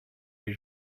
les